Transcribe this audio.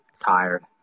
tired